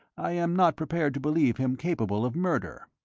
i am not prepared to believe him capable of murder.